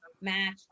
match